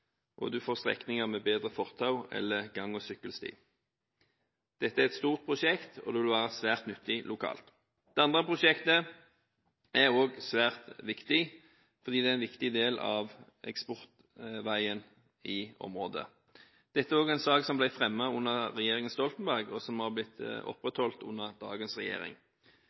og man skal få strekninger med bedre fortau eller gang- og sykkelsti. Dette er et stort prosjekt, og det vil være svært nyttig lokalt. Det andre prosjektet er òg svært viktig, fordi det er en viktig del av eksportveien i området. Dette er òg en sak som ble fremmet under regjeringen Stoltenberg, og som har blitt opprettholdt under dagens regjering.